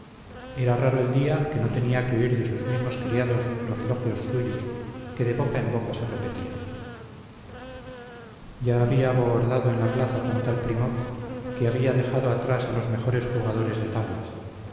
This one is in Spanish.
era raro el día que no tenía que oír de sus mismos criados los elogios suyos que de boca en boca se repetían ya había bohordado en la plaza con tal primor que había dejado atrás a los mejores jugadores de tablas